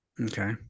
Okay